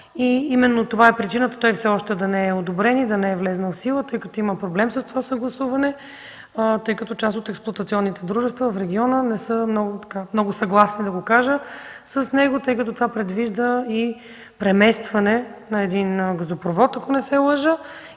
Именно това е причината все още той да не е одобрен и да не е влязъл в сила. Има проблем със съгласуването, защото част от експлоатационните дружества в региона не са много съгласни, така да го кажа, с него, тъй като се предвижда преместване на един газопровод, ако не се лъжа.